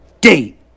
date